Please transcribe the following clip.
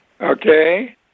Okay